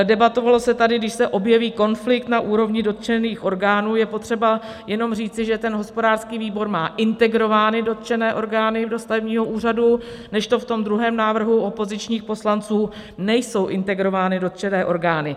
Debatovalo se tady, když se objeví konflikt na úrovni dotčených orgánů, je potřeba jenom říci, že hospodářský výbor má integrovány dotčené orgány do stavebního úřadu, kdežto v tom druhém návrhu opozičních poslanců nejsou integrovány dotčené orgány.